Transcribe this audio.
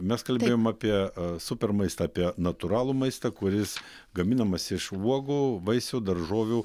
mes kalbėjom apie super maistą apie natūralų maistą kuris gaminamas iš uogų vaisių daržovių